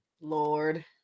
Lord